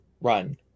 run